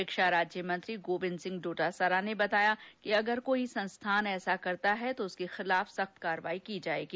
शिक्षा राज्य मंत्री गोविंद सिंह डोटासरा ने बताया कि अगर कोई संस्थान ऐसा करता है तो उसके खिलाफ सख्त कार्रवाई की जायेगी